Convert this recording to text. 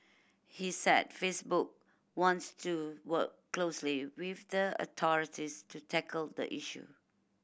he said Facebook wants to work closely with the authorities to tackle the issue